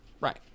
right